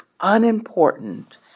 unimportant